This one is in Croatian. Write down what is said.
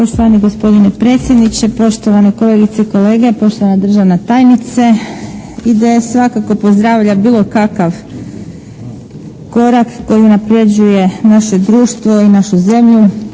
Poštovani gospodine predsjedniče, poštovane kolegice i kolege, poštovana državna tajnice. IDS svakako pozdravlja bilo kakav korak koji unapređuje naše društvo i našu zemlju